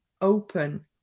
open